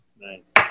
Nice